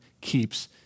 keeps